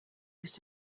used